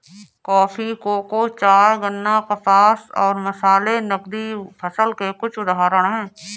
coffee, cocoa, चाय, गन्ना, कपास और मसाले नकदी फसल के कुछ उदाहरण हैं